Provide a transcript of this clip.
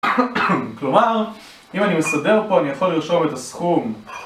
כלומר, אם אני מסדר פה אני יכול לרשום את הסכום